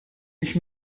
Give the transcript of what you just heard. ich